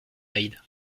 hyde